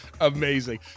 Amazing